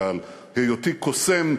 ועל היותי קוסם,